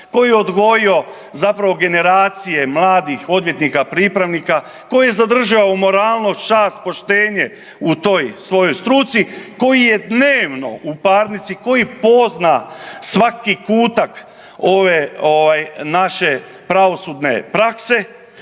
koji je odgojio zapravo generacije mladih odvjetnika pripravnika, koji je zadržao moralnost, čast, poštenje u toj svojoj struci, koji je dnevno u parnici, koji pozna svaki kutak ovaj naše pravosudne prakse